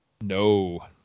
No